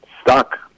stuck